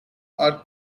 are